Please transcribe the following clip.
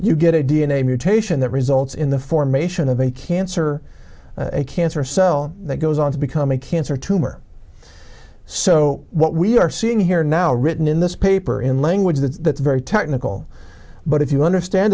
you get a d n a mutation that results in the formation of a cancer a cancer cell that goes on to become a cancer tumor so what we are seeing here now written in this paper in language that very technical but if you understand